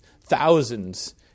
thousands